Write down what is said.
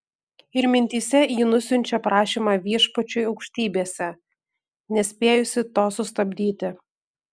ir mintyse ji nusiunčia prašymą viešpačiui aukštybėse nespėjusi to sustabdyti